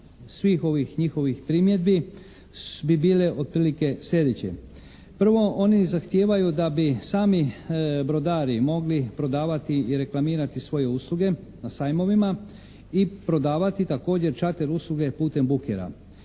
svih ovih njihovih primjedbi bi bile otprilike sljedeće: Prvo, oni zahtijevaju da bi sami brodari mogli prodavati i reklamirati svoje usluge na sajmovima i prodavati također čarter usluge putem bukera,